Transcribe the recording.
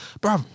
bro